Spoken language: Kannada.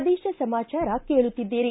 ಪ್ರದೇಶ ಸಮಾಚಾರ ಕೇಳುತ್ತಿದ್ದೀರಿ